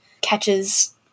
catches